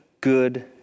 good